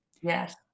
Yes